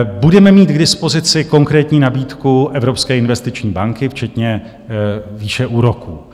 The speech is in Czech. Budeme mít k dispozici konkrétní nabídku Evropské investiční banky včetně výše úroků.